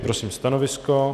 Prosím stanovisko?